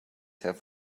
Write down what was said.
have